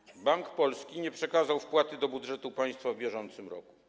Narodowy Bank Polski nie przekazał wpłaty do budżetu państwa w bieżącym roku.